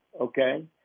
Okay